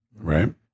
Right